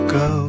go